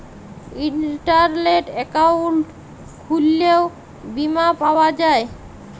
ইলটারলেট account খুইললেও বীমা পাউয়া যায়